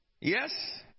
Yes